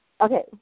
Okay